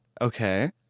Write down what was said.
Okay